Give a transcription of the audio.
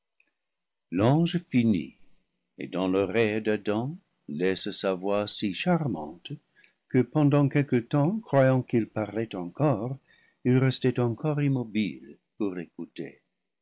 l'ange finit et dans l'oreille d'adam laisse sa voix si charmante que pendant quelque temps croyant qu'il parlait encore il restait encore immobile pour l'écouter